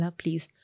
please